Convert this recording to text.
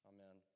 Amen